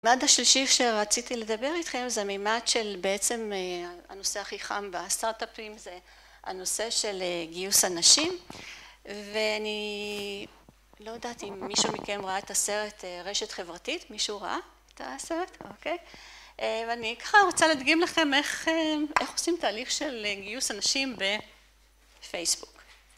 המימד השלישי שרציתי לדבר איתכם זה המימד של בעצם הנושא הכי חם בסטארט-אפים זה הנושא של גיוס אנשים, ואני לא יודעת אם מישהו מכם ראה את הסרט רשת חברתית, מישהו ראה את הסרט? אוקיי, ואני ככה רוצה להדגים לכם איך עושים תהליך של גיוס אנשים בפייסבוק